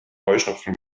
heuschnupfen